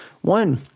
one